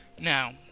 Now